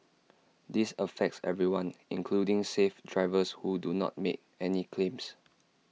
this affects everyone including safe drivers who do not make any claims